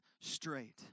straight